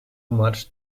much